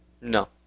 No